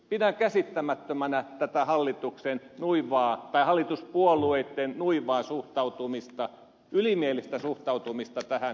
pidän käsittämättömänä tätä hallituspuolueitten nuivaa suhtautumista ylimielistä suhtautumista tähän henkilöstön asemaan